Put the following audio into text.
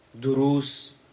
Duru's